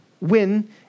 win